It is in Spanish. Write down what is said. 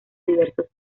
diversos